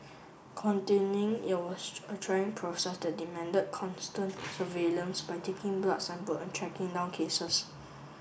containing it was a trying process that demanded constant surveillance by taking blood sample and tracking down cases